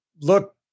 look